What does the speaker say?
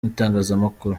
itangazamakuru